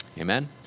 Amen